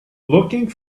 looking